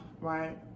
right